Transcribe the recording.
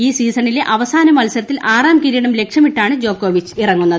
ഈ സീസണിലെ അവസാന മത്സരത്തിൽ ആറാം കിരീടം ലക്ഷ്യമിട്ടാണ് ജോക്കോവിച്ച് ഇറങ്ങുന്നത്